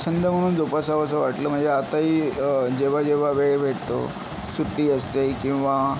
छंद म्हणून जोपासावंसं वाटलं म्हणजे आत्ताही जेव्हा जेव्हा वेळ भेटतो सुट्टी असते किंवा